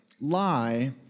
lie